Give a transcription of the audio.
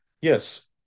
Yes